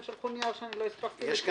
הם שלחו נייר שאני לא הספקתי לקרוא,